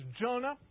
Jonah